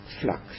flux